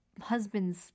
husband's